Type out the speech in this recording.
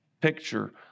picture